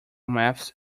maths